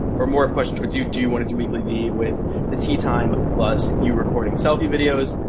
or more of a question towards you, do you wanna do weeklyvee with the teatime, plus you recording selfie videos?